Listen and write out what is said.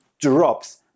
drops